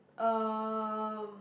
um